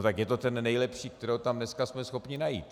Tak je to ten nejlepší, kterého tam dnes jsme schopni najít.